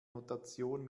notation